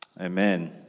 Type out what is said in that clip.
Amen